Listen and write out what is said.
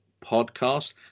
podcast